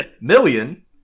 million